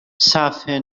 صحفه